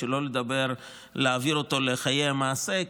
שלא לדבר על להעביר אותו לחיי המעשה,